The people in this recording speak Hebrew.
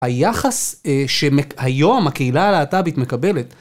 היחס שהיום הקהילה הלהט"בית מקבלת.